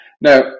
Now